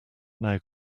now